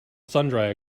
sundry